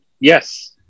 Yes